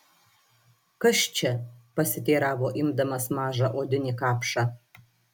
kas čia pasiteiravo imdamas mažą odinį kapšą